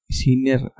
senior